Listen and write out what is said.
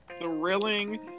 thrilling